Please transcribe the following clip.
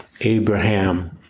Abraham